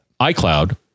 iCloud